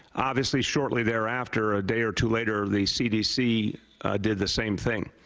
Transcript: obviously shortly thereafter, a day or two later the cdc did the same thing.